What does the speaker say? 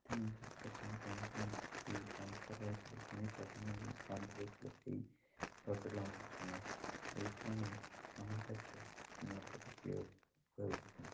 তিনি যখন Chandrayaan three launch করা হয়েছিল তিনি প্রাথমিক প্ল্যান করেছিল এই রকেট লঞ্চের সময় এই কারণেই আমার কাছে তিনি একজন প্রিয় হয়ে উঠেছেন